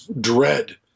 dread